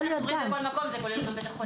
כל מקום זה כולל גם בית החולה.